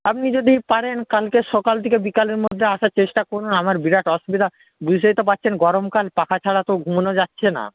আপনি যদি পারেন কালকে সকাল থেকে বিকালের মধ্যে আসার চেষ্টা করুন আমার বিরাট অসুবিধা বুঝতেই তো পারছেন গরমকাল পাখা ছাড়া তো ঘুমোনো যাচ্ছে না